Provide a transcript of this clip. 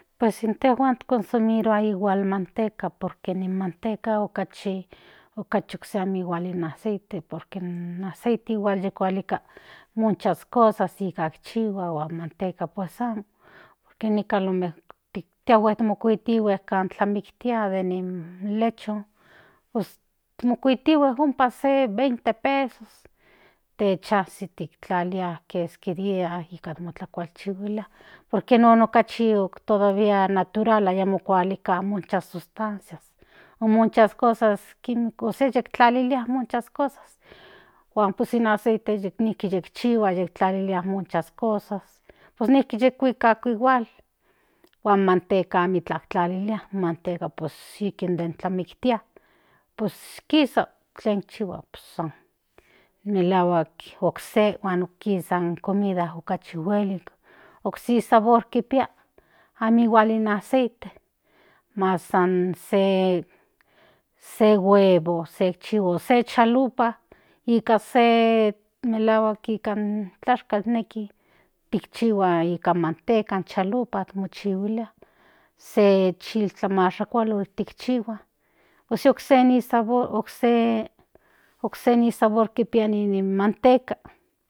Pues intejua cons irua igual manteca por que in mante okachi okse amo igual in aceite por que in aceite yikualuka muchas cosas kuak chihua huan in manteca pues amopor que nikan alomejor tiahue tikuitihue kan tlamiktia in lechon pues mokuitihue ompa se 20 pesos techazi tlalilia keski dia kan motlakualchihuilia por que non okchii todavía natural ayamo kualika muchas sustancias o muchas cosas ósea yiktlalilia huan pues in aceite nijki yikchihua tlalilia muchas cosas pues nijki yi kuika ako igual huan manteca amikla tlalilia in manteca pues ikn den tlamiktia pues kisa tlen chihuas pues san melahuak okse huan kisa in comida okachi huelik okse sabor kipia amo igual in aceite mas san se huevo hikchihua se chalupa nika se melahuak nika in tlashkal nejki tikchihua nika in manteca in chalupas chihuilia se chiltlamashkualotl tikchihua ósea ósea okse sabor kipia in manteca.